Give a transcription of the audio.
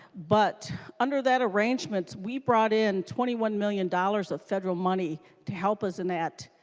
but under that arrangement we brought in twenty one million dollars of federal money to help us in that